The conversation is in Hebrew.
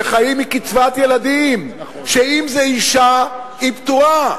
שחיים מקצבת ילדים, ואם זו אשה היא פטורה,